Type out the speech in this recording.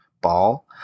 ball